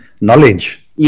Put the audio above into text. knowledge